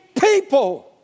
people